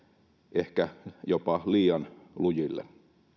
ehkä jopa liian lujille